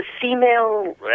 female